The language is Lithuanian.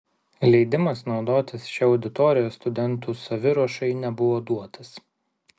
leidimas naudotis šia auditorija studentų saviruošai nebuvo duotas